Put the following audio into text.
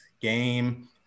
game